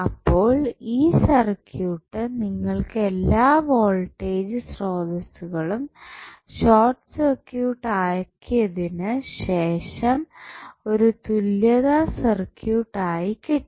അപ്പോൾ ഈ സർക്യൂട്ട് നിങ്ങൾക്ക് എല്ലാ വോൾട്ടേജ്ജ് സ്രോതസ്സുകളും ഷോട്ട് സർക്യൂട്ട് ആക്കിയതിന് ശേഷം ഒരു തുല്യതാ സർക്യൂട്ട് ആയി കിട്ടും